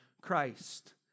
Christ